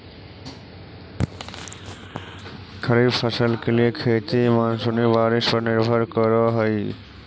खरीफ फसल के लिए खेती मानसूनी बारिश पर निर्भर करअ हई